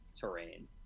terrain